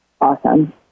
Awesome